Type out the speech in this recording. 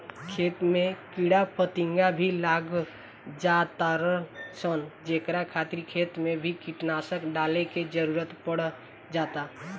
खेत में कीड़ा फतिंगा भी लाग जातार सन जेकरा खातिर खेत मे भी कीटनाशक डाले के जरुरत पड़ जाता